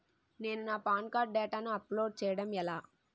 నేను నా PAN card డేటాను అప్లోడ్ చేయడం ఎలా?